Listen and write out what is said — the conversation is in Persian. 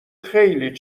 خیلی